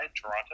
Toronto